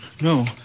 No